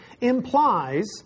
implies